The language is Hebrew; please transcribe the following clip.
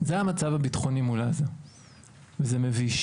זה המצב הביטחוני מול עזה וזה מביש